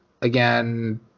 Again